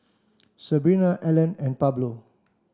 Sebrina Alan and Pablo